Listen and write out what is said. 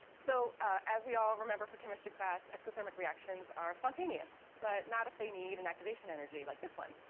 so as we all remember from chemistry class, exothermic reactions are spontaneous, but not if they need an activation energy, like this one.